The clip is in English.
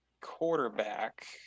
quarterback